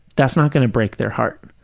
that's not going to break their heart.